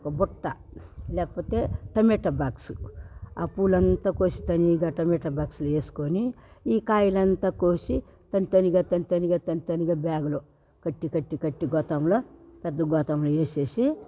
ఒక బుట్ట లేకపోతే టమాటో బాక్స్ ఆ పూలంతా కోసి తనిగా టమాటో బాక్స్లో వేసుకొని ఈ కాయలన్ని కోసి తనిగా తనిగా తనిగా తనిగా బ్యాగ్లో కట్టి కట్టి కట్టి గోతాంలో పెద్ద గోతాంలో వేసేసి